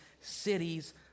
cities